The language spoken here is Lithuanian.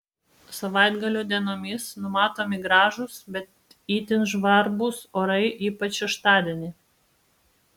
savaitgalio dienomis numatomi gražūs bet itin žvarbus orai ypač šeštadienį